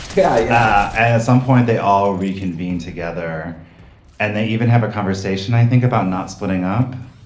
yeah yeah. and at some point they all reconvene together and they even have a conversation i think about not splitting up.